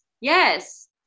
yes